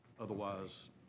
Otherwise